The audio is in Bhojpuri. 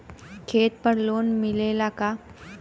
खेत पर लोन मिलेला का?